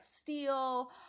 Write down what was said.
steel